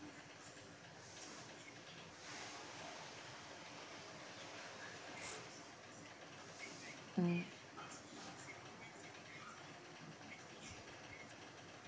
mm